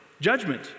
judgment